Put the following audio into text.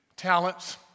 Talents